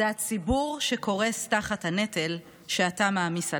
זה הציבור שקורס תחת הנטל שאתה מעמיס עליו.